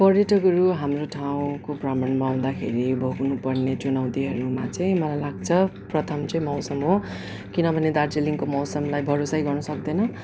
पर्यटकहरू हाम्रो ठाउँको भ्रमणमा आउँदाखेरि अब हुनुपर्ने चुनौतीहरूमा चाहिँ मलाई लाग्छ प्रथम चाहिँ मौसम हो किनभने दार्जिलिङको मौसमलाई भरोसै गर्न सक्दैन